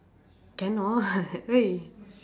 cannot where is